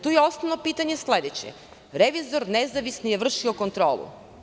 Tu je osnovno pitanje sledeće, revizor nezavisni je vršio kontrolu.